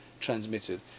transmitted